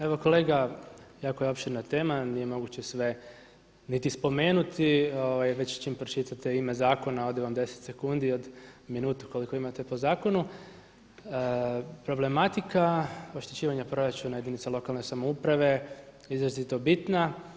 Evo kolege, iako je opširna tema nije moguće sve niti spomenuti, već čim pročitate ime zakona ode vam 10 sekundi od minutu koliko imate po zakonu, problematika oštećivanja proračuna jedinica lokalne samouprave je izrazito bitna.